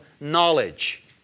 knowledge